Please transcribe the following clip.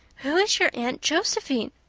who is your aunt josephine?